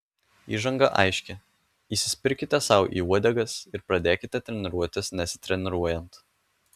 įžanga aiški įsispirkite sau į uodegas ir pradėkite treniruotis nesitreniruojant